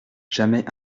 jamais